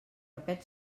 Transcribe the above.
aquests